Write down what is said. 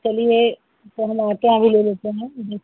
चलिए पहला क्या ही ले लेते हैं देख